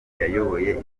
yayoboye